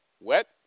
wet